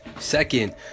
Second